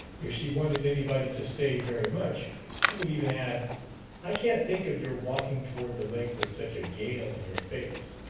if she wanted anybody to stay very much, she would even add i can't think of your walking toward the lake with such a gale in your face,